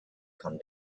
come